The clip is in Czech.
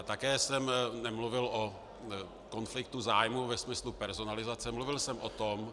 Také jsem nemluvil o konfliktu zájmů ve smyslu personalizace, mluvil jsem o tom